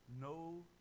no